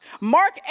Mark